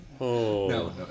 no